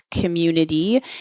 community